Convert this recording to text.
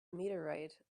meteorite